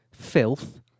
filth